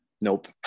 Nope